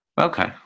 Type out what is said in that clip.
Okay